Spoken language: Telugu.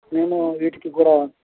మేము వీటికి కూడా